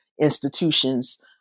institutions